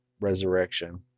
resurrection